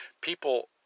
people